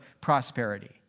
prosperity